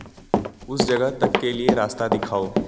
उस जगह तक के लिए रास्ता दिखाओ